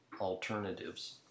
alternatives